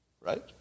right